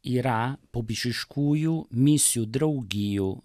yra popiežiškųjų misijų draugijų